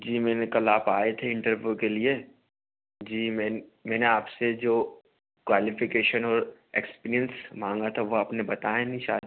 जी मैंने कल आप आए थे इंटरव्यू के लिए जी मैं मैंने आप से जो क्वालिफ़िकेशन और एक्सपीरियंस माँगा था वो आपने बताया नहीं शायद